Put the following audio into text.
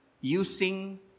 using